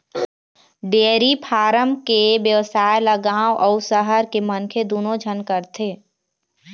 dairy farm के बेवसाय ल गाँव अउ सहर के मनखे दूनो झन करथे